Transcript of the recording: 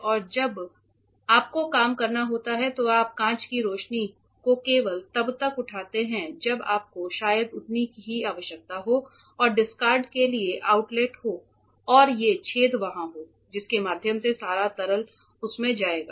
तो अब जब आपको काम करना होता है तो आप कांच की रोशनी को केवल तब तक उठाते हैं जब आपको शायद उतनी ही आवश्यकता हो और डिस्कार्ड के लिए आउटलेट हों और ये छेद वहां हों जिसके माध्यम से सारा तरल उसमें जाएगा